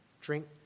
drink